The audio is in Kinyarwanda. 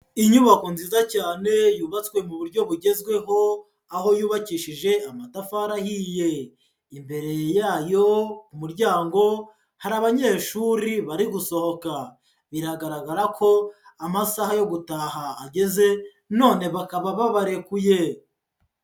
Inyubako nziza cyane yubatswe mu buryo bugezweho aho yubakishije amatafari ahiye, imbere y'ayo ku muryango hari abanyeshuri bari gusohoka, biragaragara ko amasaha yo gutaha ageze none bakaba babarekuye.